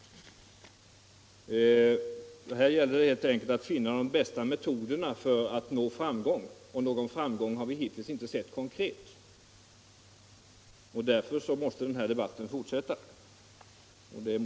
Här gäller helt enkelt att finna de bästa metoderna för att nå framgång — och någon framgång har vi hittills inte sett konkret. Därför måste den här debatten fortsätta.